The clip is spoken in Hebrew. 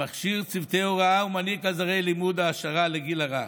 המכשיר צוותי הוראה ומעניק עזרי לימוד והעשרה לגיל הרך.